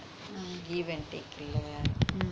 mm mm